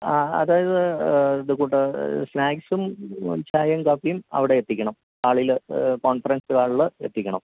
ആ അതായത് ഇതുക്കൂട്ട് സ്നാക്സും ചായയും കാപ്പിയും അവിടെ എത്തിക്കണം ഹാളില് കോൺഫറൻസ് ഹാളില് എത്തിക്കണം